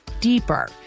deeper